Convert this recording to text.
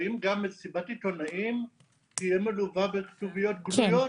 האם גם מסיבת עיתונאים תהיה מלווה בכתוביות גלויות?